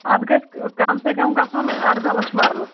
اَتھ گژھِ کَم سے کَم گژھُن اَرداہ لَچھ مَرلہٕ